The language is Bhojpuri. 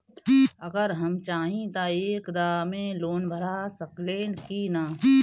अगर हम चाहि त एक दा मे लोन भरा सकले की ना?